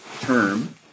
term